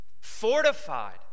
fortified